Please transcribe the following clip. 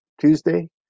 Tuesday